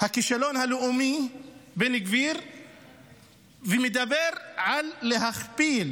הכישלון הלאומי בן גביר ומדבר על להכפיל